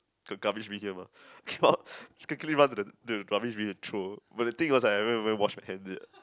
got garbage bin here mah came out quickly ran to the the garbage bin and throw but the thing was I haven't event wash my hand yet